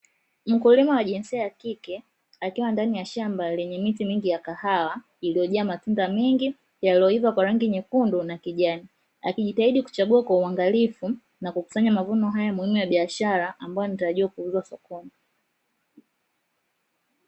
Mkulima wa jinsia ya kike akiwa ndani ya shamba lenye miti mingi ya kahawa, iliyojaa matunda mengi yaliyoiva kwa rangi nyekundu na kijani, akijitahidi kuchagua kwa uangalifu na kukusanya mavuno haya muhimu ya biashara, ambayo yanatarajiwa kuuzwa sokoni.